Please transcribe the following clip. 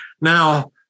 Now